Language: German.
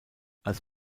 als